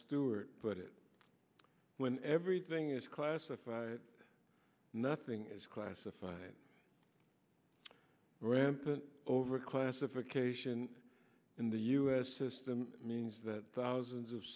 stewart put it when everything is classified nothing is classified rampant over classification in the us system means that thousands of